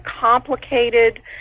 complicated